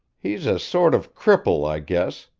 he's a sort of cripple, i guess.